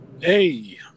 Hey